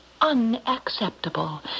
unacceptable